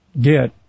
get